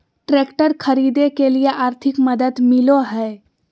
Tractor खरीदे के लिए आर्थिक मदद मिलो है?